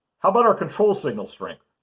how about our control signal strength?